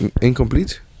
incomplete